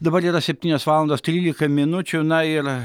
dabar yra septynios valandos trylika minučių na ir